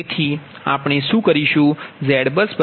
તેથી આપણે શું કરીશુ ZBUS0